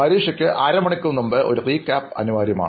പരീക്ഷയ്ക്ക് അര മണിക്കൂർ മുൻപ് ഒരു റീ ക്യാപ് അനിവാര്യമാണ്